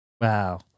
Wow